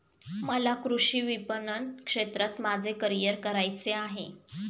मला कृषी विपणन क्षेत्रात माझे करिअर करायचे आहे